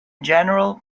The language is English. general